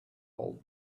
old